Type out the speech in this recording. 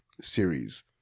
series